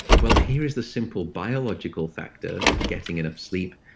well, here is the simple biological factor, getting enough sleep,